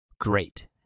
Great